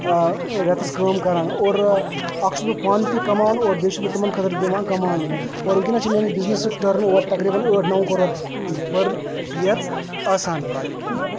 رٮ۪تَس کٲم کَران اور اَکھ چھُس بہٕ پانہٕ تہِ کَماوان اور بیٚیہِ چھُس بہٕ تِمَن خٲطرٕ دِوان کَماونہٕ اور وٕنکٮ۪س چھِ میٛٲنِس بِزنٮ۪سُک ٹٔرٕن اُوَر تقریٖباً ٲٹھ نَو کَرور پٔر یِیَر آسان